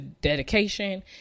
dedication